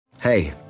Hey